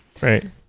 Right